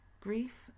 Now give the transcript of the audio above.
Grief